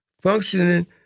functioning